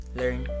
learn